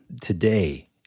Today